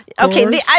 Okay